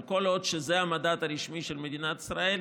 כל עוד זה המדד הרשמי של מדינת ישראל,